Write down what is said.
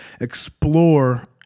explore